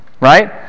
right